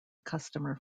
customer